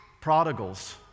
prodigals